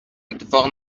اتفاق